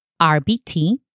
RBT